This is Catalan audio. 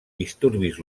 disturbis